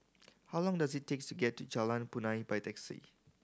how long does it takes to get to Jalan Punai by taxi